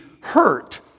hurt